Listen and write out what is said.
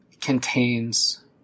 contains